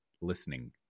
listening